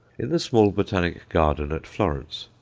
in the small botanic garden at florence,